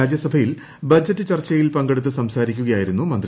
രാജ്യസഭയിൽ ബജറ്റ് ചർച്ചയിൽ പങ്കെടുത്ത് സംസാരിക്കുകയായിരുന്നു മിന്തി